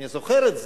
אני זוכר את זה.